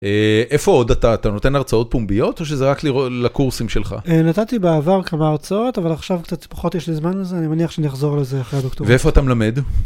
איפה עוד אתה... אתה נותן הרצאות פומביות, או שזה רק לראות לקורסים שלך? - נתתי בעבר כמה הרצאות אבל עכשיו קצת פחות יש לי זמן לזה אני מניח שאני אחזור לזה אחרי הדוקטורט. - ואיפה אתה מלמד.